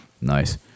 Nice